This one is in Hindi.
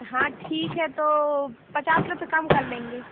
हाँ ठीक है तो पचास रुपये कम कर लेंगे